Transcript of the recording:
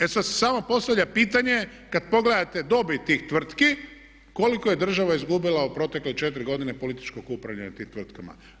E sad se samo postavlja pitanje kad pogledate dobit tih tvrtki koliko je država izgubila u protekle četiri godine političkog upravljanja tim tvrtkama?